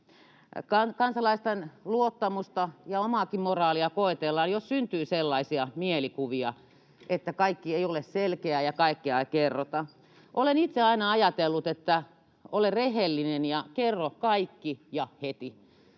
Kansalaisten luottamusta ja omaakin moraaliamme koetellaan, jos syntyy sellaisia mielikuvia, että kaikki ei ole selkeää ja kaikkea ei kerrota. Olen itse aina ajatellut, että ole rehellinen ja kerro kaikki ja heti,